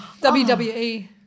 WWE